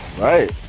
Right